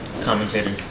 commentator